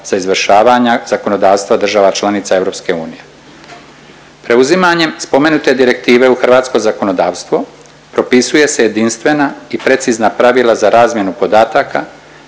za izvršavanja zakonodavstva država članica EU. Preuzimanjem spomenute direktive u hrvatsko zakonodavstvo propisuje se jedinstvena i precizna pravila za razmjenu podataka,